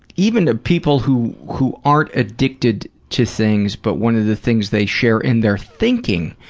even ah people who who aren't addicted to things, but one of the things they share in their thinking,